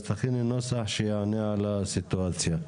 אז תכיני נוסח שיענה על הסיטואציה.